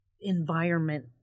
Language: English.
environment